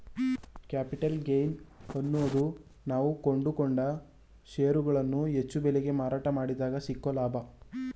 capital gain ಅನ್ನೋದು ನಾವು ಕೊಂಡುಕೊಂಡ ಷೇರುಗಳನ್ನು ಹೆಚ್ಚು ಬೆಲೆಗೆ ಮಾರಾಟ ಮಾಡಿದಗ ಸಿಕ್ಕೊ ಲಾಭ